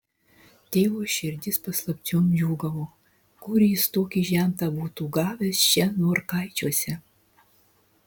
tėvo širdis paslapčiom džiūgavo kur jis tokį žentą būtų gavęs čia norkaičiuose